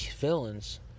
villains